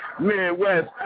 Midwest